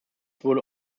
wurde